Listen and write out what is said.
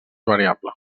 variable